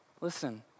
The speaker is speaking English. Listen